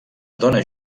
dona